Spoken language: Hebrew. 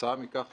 וכתוצאה מכך